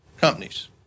companies